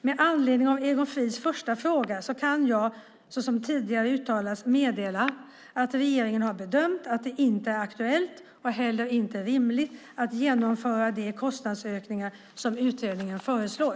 Med anledning av Egon Frids första fråga kan jag, såsom tidigare uttalats, meddela att regeringen har bedömt att det inte är aktuellt och inte heller rimligt att genomföra de kostnadsökningar som utredningen föreslår.